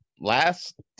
last